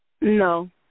No